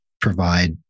provide